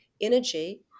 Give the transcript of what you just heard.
energy